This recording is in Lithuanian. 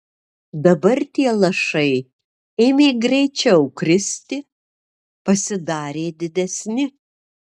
dabar tie lašai ėmė greičiau kristi pasidarė didesni